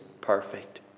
perfect